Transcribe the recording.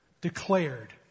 declared